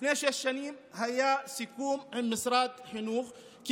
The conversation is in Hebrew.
לפני שש שנים היה סיכום עם משרד החינוך כי